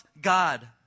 God